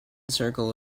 circle